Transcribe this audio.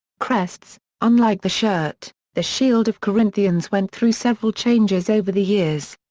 crests unlike the shirt, the shield of corinthians went through several changes over the years.